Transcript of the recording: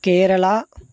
Kerala